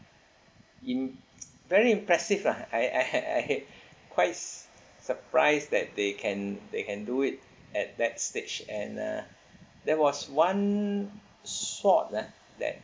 im~ very impressive ah I I I've quite surprised that they can they can do it at that stage and uh there was one sword ah that